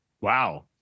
Wow